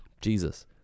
Jesus